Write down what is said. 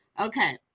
Okay